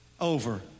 over